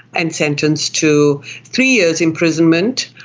and sentenced to three years imprisonment,